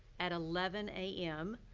at eleven am,